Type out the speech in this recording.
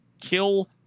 kill